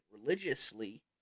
religiously